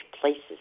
places